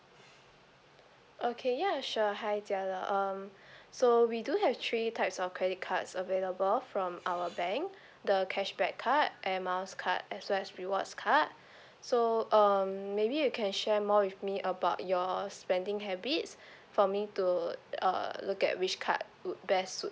okay ya sure hi jalil um so we do have three types of credit cards available from our bank the cashback card air miles card as well as rewards card so um maybe you can share more with me about your spending habits for me to uh look at which card would best suit